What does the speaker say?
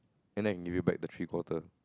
and then give it back the three quarter